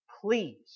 please